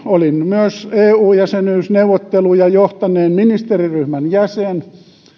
olin myös eu jäsenyysneuvotteluja johtaneen ministeriryhmän jäsen